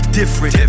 different